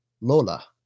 Lola